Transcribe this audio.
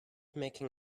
making